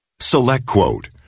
SelectQuote